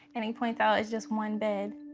and he pointed out it's just one bed.